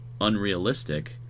unrealistic